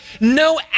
no